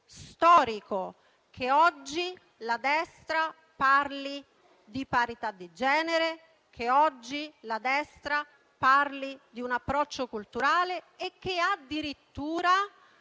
storico che oggi la destra parli di parità di genere, parli di un approccio culturale e che addirittura